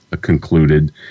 concluded